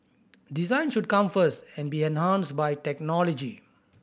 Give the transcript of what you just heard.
design should come first and be enhanced by technology